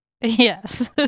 Yes